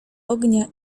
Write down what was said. ognia